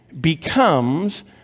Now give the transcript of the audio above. becomes